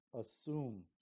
assume